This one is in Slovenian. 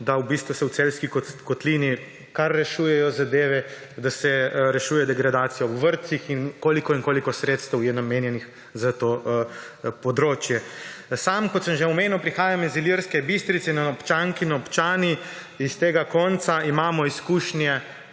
se v Celjski kotlini kar rešujejo zadeve, da se rešuje degradacija v vrtcih in koliko in koliko sredstev je namenjenih za to področje. Sam, kot sem že omenil, prihajam iz Ilirske Bistrice in občanke in občani iz tega konca imamo izkušnje